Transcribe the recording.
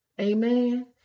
Amen